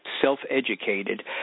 self-educated